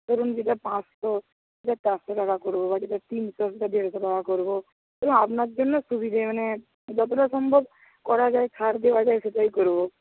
ধরুন যেটা পাঁচশো সেটা চারশো টাকা করব বা যেটা তিনশো সেটা দেড়শো টাকা করব তো আপনার জন্য সুবিধা মানে যতটা সম্ভব করা যায় ছাড় দেওয়া যায় সেটাই করব